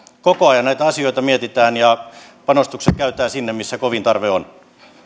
koko ajan näitä asioita mietitään ja panostukset käytetään sinne missä kovin tarve on